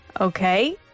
Okay